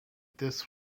this